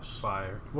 Fire